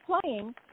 playing